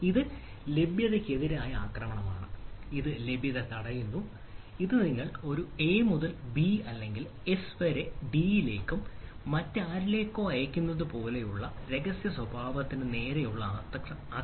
ഇത് ലഭ്യതയ്ക്കെതിരായ ആക്രമണമാണ് ഇത് ലഭ്യത തടയുന്നു ഇത് നിങ്ങൾ ഒരു എ മുതൽ ബി അല്ലെങ്കിൽ എസ് വരെ ഡിയിലേക്കും മറ്റാരിലേക്കോ അയയ്ക്കുന്നതുപോലുള്ള രഹസ്യസ്വഭാവത്തിന് നേരെയുള്ള ആക്രമണമാണ്